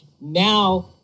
now